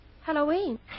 Halloween